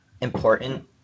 important